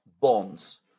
bonds